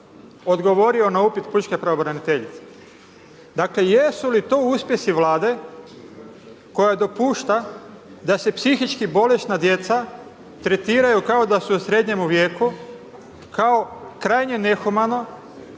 odgovorio na upit pučke pravobraniteljice. Dakle, jesu li to uspjesi Vlade koja dopušta da se psihički bolesna djeca tretiraju kao da su u srednjemu vijeku, kao krajnje nehumano,